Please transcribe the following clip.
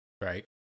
Right